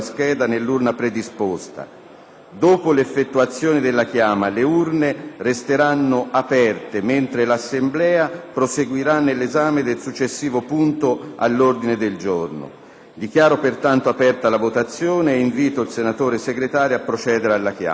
Dopo l'effettuazione della chiama, le urne resteranno aperte, mentre l'Assemblea proseguirà nell'esame del successivo punto all'ordine del giorno. Dichiaro pertanto aperta la votazione e invito il senatore Segretario a procedere alla chiama.